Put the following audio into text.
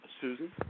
Susan